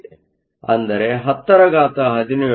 ಅಂದರೆ 1017 ಆಗಿದೆ